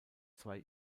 zwei